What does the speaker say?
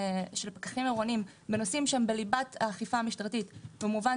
של פקחים עירוניים בנושאים שהם בליבת האכיפה המשטרתית במובן